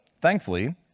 Thankfully